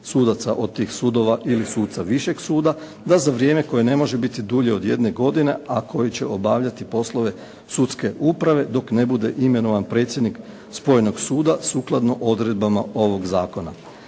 sudaca od tih sudova ili suca višeg suda da za vrijeme za koje ne može biti dulje od jedne godine, a koji će obavljati poslove sudske uprave dok ne bude imenovan predsjednik spojenog suda sukladno odredbama ovog zakona.